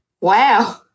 Wow